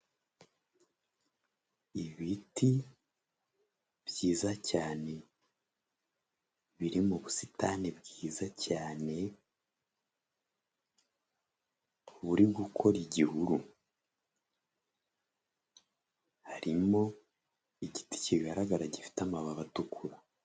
Ibiti byiza cyane biri mu busitani bwiza cyane, buri gukora igihuru harimo igiti kigaragara gifite amababi atukura.